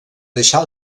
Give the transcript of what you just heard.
deixar